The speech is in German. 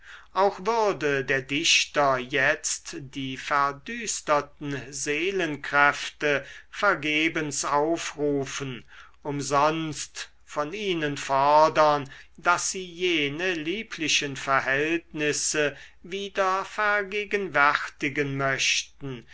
auch würde der dichter jetzt die verdüsterten seelenkräfte vergebens aufrufen umsonst von ihnen fordern daß sie jene lieblichen verhältnisse wieder vergegenwärtigen möchten